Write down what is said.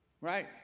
Right